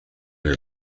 neu